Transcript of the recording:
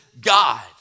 God